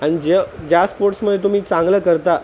आणि ज् ज्या स्पोर्ट्समध्ये तुम्ही चांगलं करता